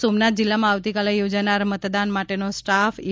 ગીર સોમનાથ જિલ્લામાં આવતીકાલે યોજાનાર મતદાન માટેનો સ્ટાફ ઇ